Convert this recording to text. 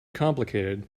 complicated